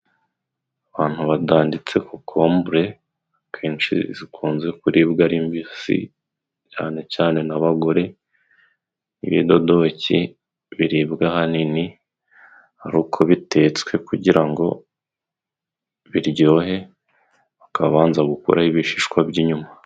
Abantu batanditse kokombure. Kenshi zikunze kuribwa ari mbisi cyane cyane n'abagore; n'ibidodoki biribwa ahanini ari uko bitetswe kugira ngo biryohe bakabanza gukuraho ibishishwa by'inyuma.